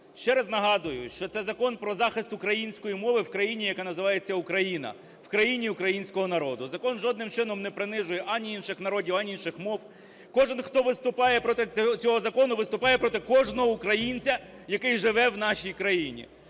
ще раз нагадую, що це Закон про захист української мови в країні, яка називається "Україна", в країні українського народу. Закон жодним чином не принижує ані інших народів, ані інших мов. Кожен, хто виступає проти цього закону, виступає проти кожного українця, який живе в нашій країні.